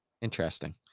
Interesting